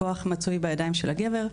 הכוח מצוי בידיים של הגבר,